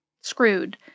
screwed